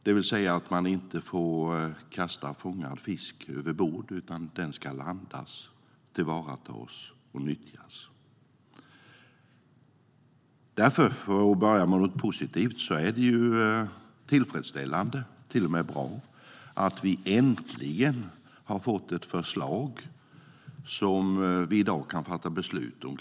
Det betyder att man inte får kasta fångad fisk över bord, utan den ska landas, tillvaratas och nyttjas. För att börja med något positivt är det tillfredsställande, till och med bra, att vi äntligen har fått ett förslag som vi i dag kan fatta beslut om.